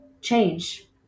change